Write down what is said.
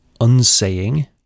unsaying